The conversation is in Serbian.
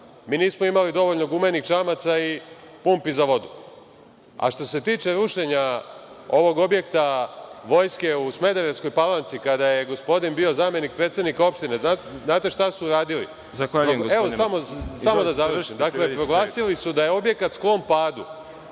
Mi nismo imali dovoljno gumenih čamaca i pumpi za vodu. Što se tiče rušenja ovog objekta Vojske u Smederevskoj Palanci, kada je gospodin bio zamenik predsednika opštine, znate šta su uradili? Proglasili su da je objekat sklon padu.